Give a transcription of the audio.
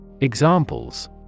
Examples